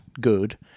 good